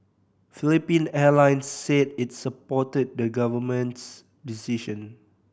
Philippine Airlines said it supported the government's decision